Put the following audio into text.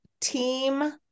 team